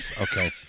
Okay